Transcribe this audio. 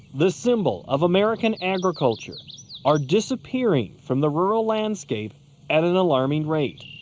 the symbol of american agriculture are disappearing from the rural landscape at an alarming rate.